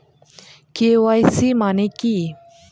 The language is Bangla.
কে.ওয়াই.সি মানে কি?